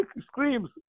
screams